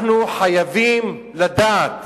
אנחנו חייבים לדעת